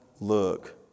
look